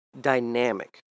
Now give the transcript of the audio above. dynamic